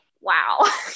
wow